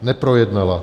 Neprojednala.